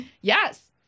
Yes